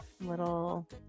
little